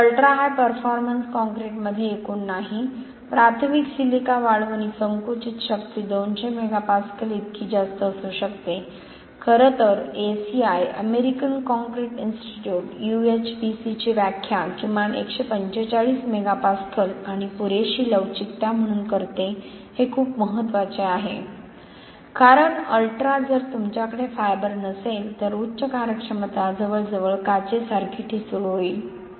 तर ultra high performance कॉंक्रिटमध्ये एकूण नाही प्राथमिक सिलिका वाळू आणि संकुचित शक्ती 200 मेगापास्कल इतकी जास्त असू शकते खरं तर ACI American concrete institute UHPC ची व्याख्या किमान 145 मेगापास्कल आणि पुरेशी लवचिकता म्हणून करते हे खूप महत्वाचे आहे कारण अल्ट्रा जर तुमच्याकडे फायबर नसेल तर उच्च कार्यक्षमता जवळजवळ काचेसारखी ठिसूळ होईल